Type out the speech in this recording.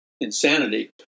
insanity